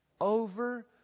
Over